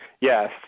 Yes